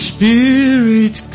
Spirit